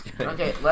Okay